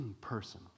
person